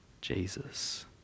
Jesus